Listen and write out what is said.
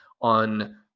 on